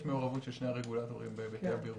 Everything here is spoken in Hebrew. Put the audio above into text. מעורבות של שני הרגולטורים בהיבטי הבירור.